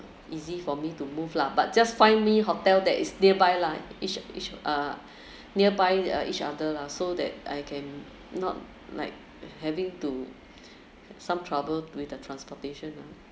easy for me to move lah but just find me hotel that is nearby lah each each uh nearby uh each other lah so that I can not like having to some trouble with the transportation lah